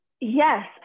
Yes